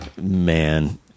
man